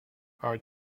are